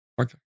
Okay